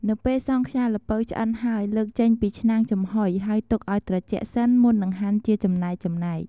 នៅពេលសង់ខ្យាល្ពៅឆ្អិនហើយ លើកចេញពីឆ្នាំងចំហុយ ហើយទុកឲ្យត្រជាក់សិនមុននឹងហាន់ជាចំណែកៗ។